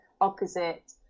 opposite